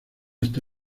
está